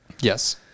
Yes